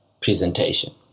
presentation